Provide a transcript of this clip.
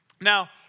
Now